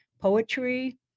poetry